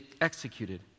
executed